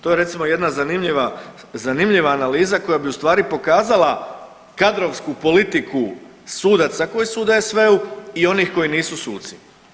To je recimo jedna zanimljiva analiza koja bi ustvari pokazala kadrovsku politiku sudaca koji su u DSV-u i onih koji nisu suci.